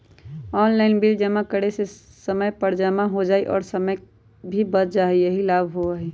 Online bill जमा करे से समय पर जमा हो जतई और समय भी बच जाहई यही लाभ होहई?